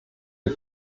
der